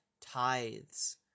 tithes